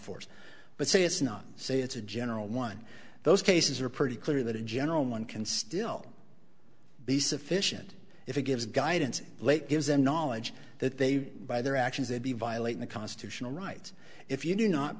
fours but say it's not say it's a general one those cases are pretty clear that a general one can still be sufficient if it gives guidance late gives them knowledge that they by their actions would be violating the constitutional right if you do not